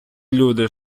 люди